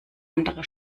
andere